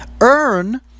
earn